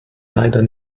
leider